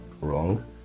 wrong